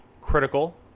critical